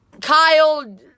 Kyle